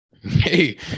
Hey